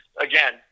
Again